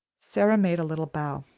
sara made a little bow.